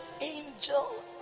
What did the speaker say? angel